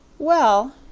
well,